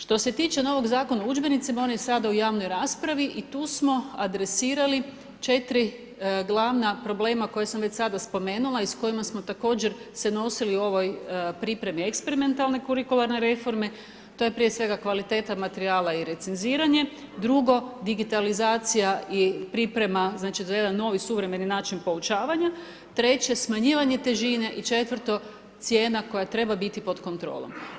Što se tiče novog zakona o udžbenicima, on je sada u javnoj raspravi i tu smo adresirali 4 glavna problema koja sam već sada spomenula i s kojima smo također se nosili u ovoj pripremi eksperimentalne kurikularne reforme, to je prije svega kvaliteta materijala i recenziranje, drugo, digitalizacija i priprema, za jedan novi, suvremeni način poučavanja, treće smanjivanje težine i četvrto cijena koja treba biti pod kontrolom.